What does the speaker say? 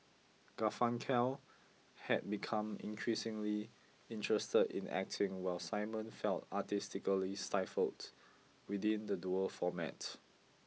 Garfunkel had become increasingly interested in acting while Simon felt artistically stifled within the duo format